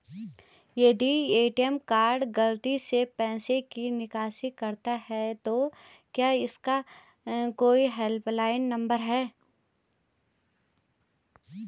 यदि ATM card गलती से पैसे की निकासी दिखाता है तो क्या इसका कोई हेल्प लाइन नम्बर है?